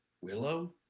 Willow